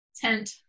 tent